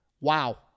wow